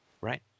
Right